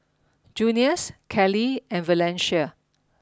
Junius Kelly and Valencia